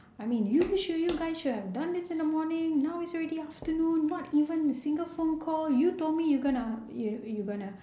I mean you sure you guys should have done this in the morning now is already afternoon not even a single phone call you told me you gonna were gonna